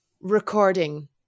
recording